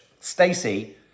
Stacy